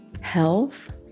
health